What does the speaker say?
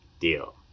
deal